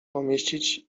pomieścić